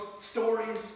stories